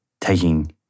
taking